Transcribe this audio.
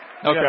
Okay